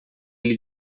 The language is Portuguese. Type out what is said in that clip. lhe